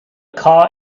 car